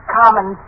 common